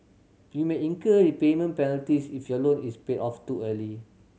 you may incur prepayment penalties if your loan is paid off too early